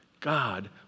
God